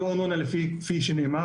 לא ארנונה כפי שנאמר,